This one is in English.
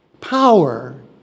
power